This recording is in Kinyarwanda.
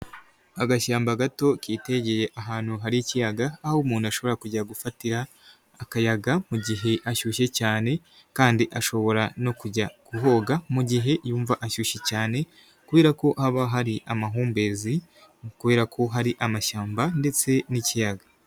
Agashyamba gato kitegeye ahantu hari ikiyaga, aho umuntu ashobora kujya gufatira akayaga mu mugihe ashyushye cyane, kandi gashobora no kujya kuhoga mugihe yumva ashyushye cyane, kubera ko haba hari amahumbezi kubera ko hari amashyamba ndetse n'ikiyaga.